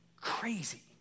crazy